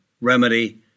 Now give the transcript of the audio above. remedy